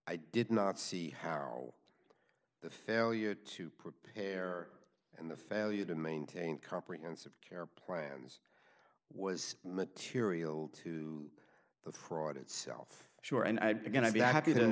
i did not see how the failure to prepare and the failure to maintain comprehensive care plans was material to the fraud itself sure and i began to be happy t